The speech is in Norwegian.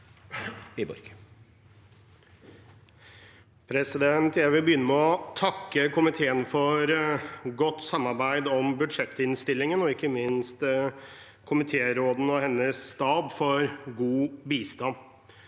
Jeg vil begynne med å takke komiteen for godt samarbeid om budsjettinnstillingen, og ikke minst komitéråden og hennes stab for god bistand.